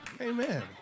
Amen